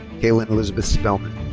kaitlyn elizabeth spellman.